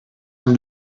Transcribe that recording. hem